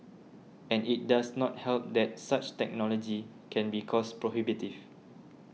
and it does not help that such technology can be cost prohibitive